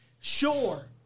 Sure